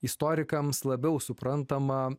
istorikams labiau suprantamą